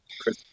Chris